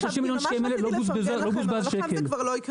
כמעט רציתי לפרגן לכם אבל עכשיו זה כבר לא יקרה.